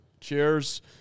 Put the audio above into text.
cheers